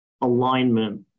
alignment